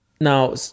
Now